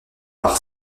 par